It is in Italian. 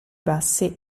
bassi